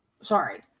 sorry